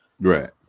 right